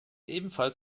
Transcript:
ebenfalls